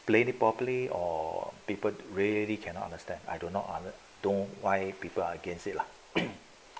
~plain it properly or people really cannot understand I do not under~ don't why people are against it lah